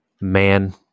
man